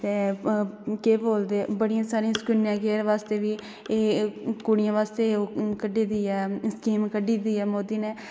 ते केह् बोलदे बडियां सारिया कन्या केयर बसातै बी कुडि़यें बास्ते बी कड्ढी दी ऐ स्कीम कड्ढी दी ऐ मोदी ने